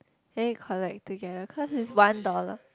then we collect together cause is one dollar